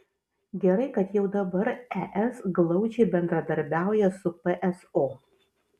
gerai kad jau dabar es glaudžiai bendradarbiauja su pso